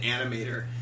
animator